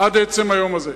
עד עצם היום הזה,